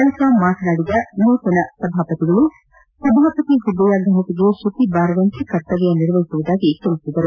ಬಳಿಕ ಮಾತನಾಡಿದ ಅವರು ಸಭಾಪತಿ ಹುದ್ದೆಯ ಘನತೆಗೆ ಚ್ಯುತಿ ಬಾರದಂತೆ ಕರ್ತವ್ಯ ನಿರ್ವಹಿಸುವುದಾಗಿ ಹೇಳಿದರು